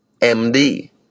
MD